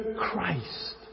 Christ